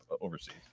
overseas